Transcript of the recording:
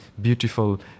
beautiful